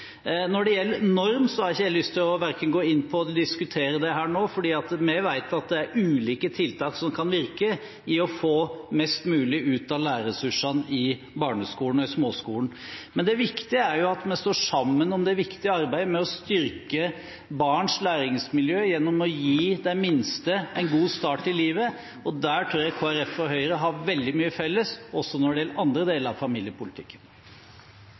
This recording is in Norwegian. Når det gjelder norm, har jeg ikke lyst til å diskutere det nå, for vi vet at det er ulike tiltak som kan virke for å få mest mulig ut av lærerressursene i barneskolen og småskolen. Men det viktige er at vi står sammen om det viktige arbeidet med å styrke barns læringsmiljø gjennom å gi de minste en god start i livet, og der tror jeg Kristelig Folkeparti og Høyre har veldig mye felles, og også når det gjelder andre deler av familiepolitikken.